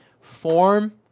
Form